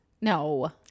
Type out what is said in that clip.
No